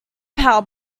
power